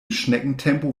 schneckentempo